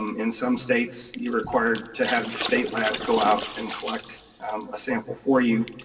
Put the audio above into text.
um in some states you're required to have your state lab go out and collect a sample for you,